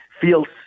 feels